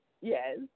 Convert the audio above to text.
Yes